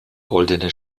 goldene